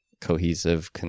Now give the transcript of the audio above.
cohesive